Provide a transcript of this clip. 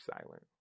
silent